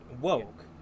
woke